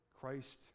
Christ